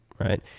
right